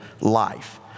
life